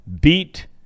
beat